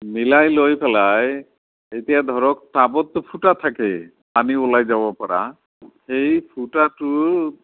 মিলাই লৈ পেলাই এতিয়া ধৰক টাবততো ফুটা থাকে পানী ওলাই যাব পৰা সেই ফুটাটোৰ